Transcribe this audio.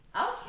Okay